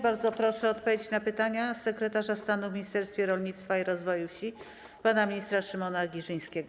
Bardzo proszę o odpowiedzi na pytania sekretarza stanu w Ministerstwie Rolnictwa i Rozwoju Wsi pana ministra Szymona Giżyńskiego.